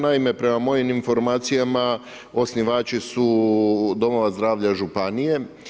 Naime, prema mojim informacijama osnivači su domova zdravlja županije.